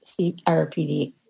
CRPD